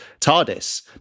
TARDIS